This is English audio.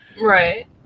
Right